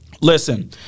listen